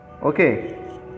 Okay